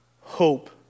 hope